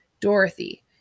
Dorothy